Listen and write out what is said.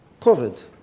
COVID